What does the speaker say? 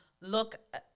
look